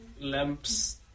lamps